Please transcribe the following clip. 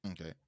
Okay